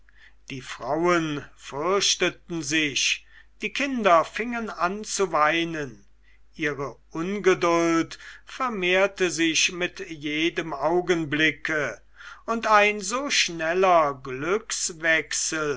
die frauen fürchteten sich die kinder fingen an zu weinen ihre ungeduld vermehrte sich mit jedem augenblicke und ein so schneller